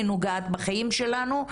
היא נוגעת בחיים שלנו,